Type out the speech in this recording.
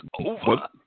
over